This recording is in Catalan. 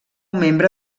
membre